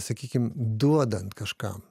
sakykim duodant kažkam